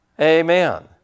Amen